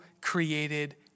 created